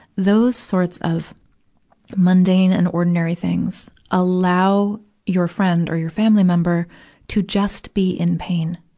those sorts of mundane and ordinary things allow your friend or your family member to just be in pain.